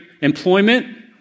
employment